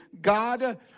God